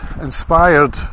inspired